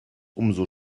umso